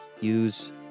use